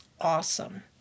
awesome